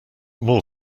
more